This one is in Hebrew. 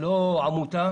לא של עמותה,